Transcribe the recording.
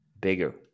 bigger